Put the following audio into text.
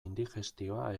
indigestioa